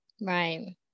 Right